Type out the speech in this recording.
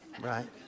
Right